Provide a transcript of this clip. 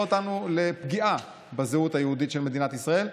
אותנו לפגיעה בזהות היהודית של מדינת ישראל,